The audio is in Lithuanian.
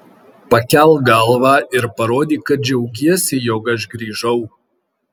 pakelk galvą ir parodyk kad džiaugiesi jog aš grįžau